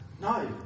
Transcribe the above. No